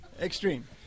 Extreme